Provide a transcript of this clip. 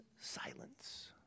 silence